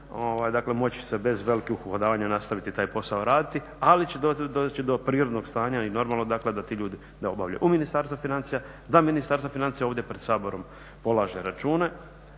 Dakle moći će se bez velikih uhodavanja nastaviti taj posao raditi, ali će doći do prirodnog stanja i normalno dakle da ti ljudi … u Ministarstvu financija, da Ministarstvo financija ovdje pred Saborom polaže račune